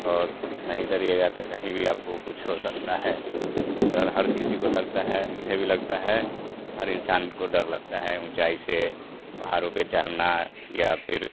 और नहीं डरिएगा तो कहीं भी आपको कुछ हो सकता है यहाँ डर हर किसी को लगता है मुझे भी लगता है हर इंसान को डर लगता है ऊँचाई से पहाड़ों पर चढ़ना या फिर